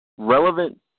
relevant